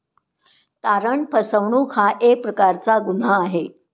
तारण फसवणूक हा एक प्रकारचा गुन्हा आहे